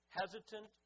hesitant